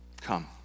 come